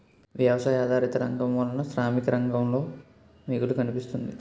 వ్యవసాయ ఆధారిత రంగం వలన శ్రామిక రంగంలో మిగులు కనిపిస్తుంది